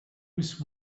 with